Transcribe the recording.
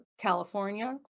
California